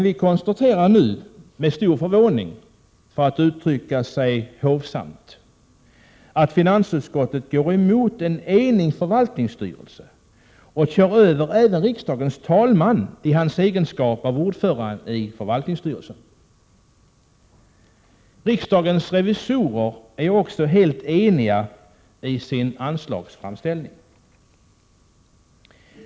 Jag konstaterar emellertid nu med stor förvåning — för att uttrycka mig hovsamt — att finansutskottet går emot en enig förvaltningsstyrelse och även kör över riksdagens talman i hans egenskap av ordförande i förvaltningsstyrelsen. Riksdagens revisorer är också helt eniga i sin anslagsframställning.